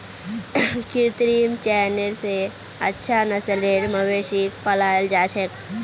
कृत्रिम चयन स अच्छा नस्लेर मवेशिक पालाल जा छेक